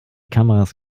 kameras